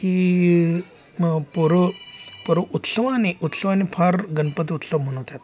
की मग पोरं पोरं उत्सवाने उत्सवाने फार गणपती उत्सव मनवतात